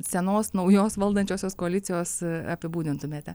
senos naujos valdančiosios koalicijos apibūdintumėte